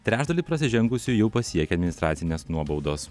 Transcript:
trečdalį prasižengusių jau pasiekė administracinės nuobaudos